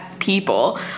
people